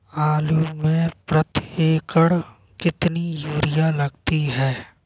आलू में प्रति एकण कितनी यूरिया लगती है?